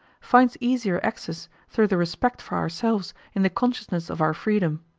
finds easier access through the respect for ourselves in the consciousness of our freedom.